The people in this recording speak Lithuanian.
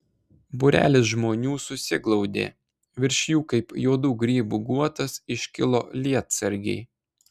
būrelis žmonių susiglaudė virš jų kaip juodų grybų guotas iškilo lietsargiai